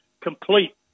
complete